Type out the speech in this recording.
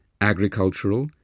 agricultural